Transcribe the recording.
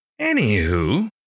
Anywho